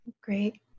Great